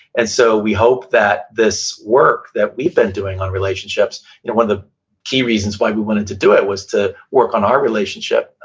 and so we hope that this work that we've been doing on relationships, you know, one of the key reasons why we wanted to do it was to work on our relationship.